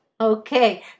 Okay